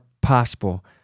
possible